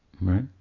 Right